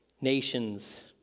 Nations